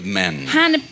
men